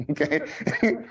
okay